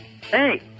Hey